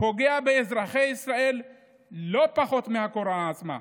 פוגע באזרחי ישראל לא פחות מהקורונה עצמה.